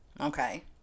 Okay